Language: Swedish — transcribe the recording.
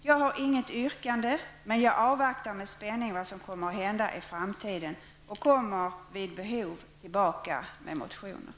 Jag har inget yrkande, men jag avvaktar med spänning vad som kommer att hända i framtiden och kommer vid behov tillbaka med motioner.